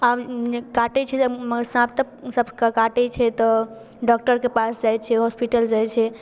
आब काटै छै मगर साँप तऽ सबके काटै छै तऽ डॉक्टरके पास जाइ छै हॉस्पिटल जाइ छै